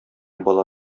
бала